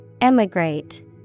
Emigrate